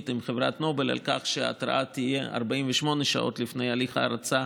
עם חברת נובל על כך שההתראה תהיה 48 שעות לפני הליך ההרצה,